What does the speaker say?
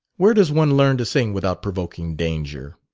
where does one learn to sing without provoking danger?